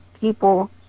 people